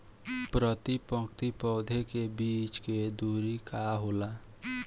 प्रति पंक्ति पौधे के बीच के दुरी का होला?